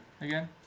again